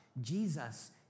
Jesus